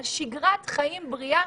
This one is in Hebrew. על שגרת חיים בריאה